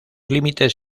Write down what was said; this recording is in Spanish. límites